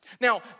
Now